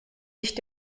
nicht